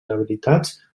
habilitats